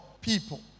people